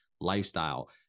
lifestyle